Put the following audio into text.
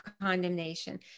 condemnation